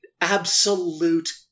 absolute